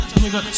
nigga